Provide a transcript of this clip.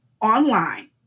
online